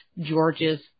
George's